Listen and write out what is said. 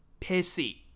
pissy